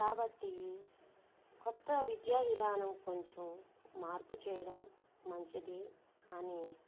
కాబట్టి కొత్త విద్యా విధానం కొంచెం మార్పు చేయడం మంచిది కాని